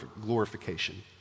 glorification